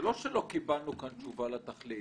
זה לא שלא קיבלנו כאן תשובה לתכלית,